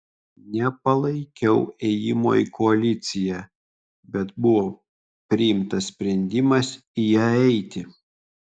nepalaikiau ėjimo į koaliciją bet buvo priimtas sprendimas į ją eiti